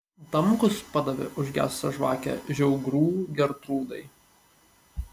damkus padavė užgesusią žvakę žiaugrų gertrūdai